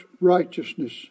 righteousness